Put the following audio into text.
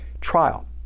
trial